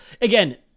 again